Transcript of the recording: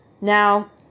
Now